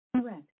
Correct